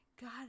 God